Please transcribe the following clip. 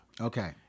Okay